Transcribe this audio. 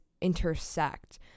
intersect